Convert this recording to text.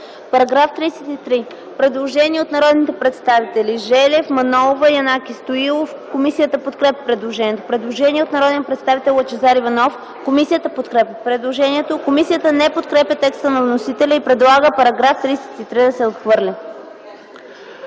Параграф 5. Предложение от народните представители Евгений Желев, Мая Манолова и Янаки Стоилов. Комисията подкрепя предложението. Предложение от народния представител Лъчезар Иванов. Комисията подкрепя предложението. Комисията не подкрепя текста на вносителя и предлага § 5 да се отхвърли.